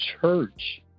church